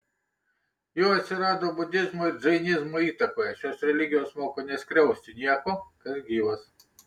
jų atsirado budizmo ir džainizmo įtakoje šios religijos moko neskriausti nieko kas gyvas